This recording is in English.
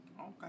Okay